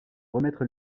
remettre